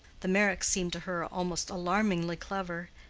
the meyricks seemed to her almost alarmingly clever,